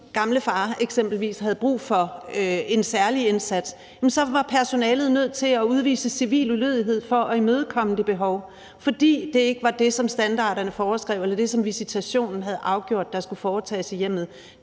at når min gamle far eksempelvis havde brug for en særlig indsats, så var personalet nødt til at udvise civil ulydighed for at imødekomme det behov, fordi det ikke var det, som standarderne foreskrev, eller det, som visitationen havde afgjort skulle foretages i hjemmet.